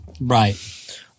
Right